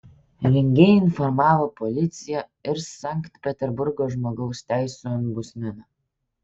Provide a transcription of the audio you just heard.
rengėjai informavo policiją ir sankt peterburgo žmogaus teisių ombudsmeną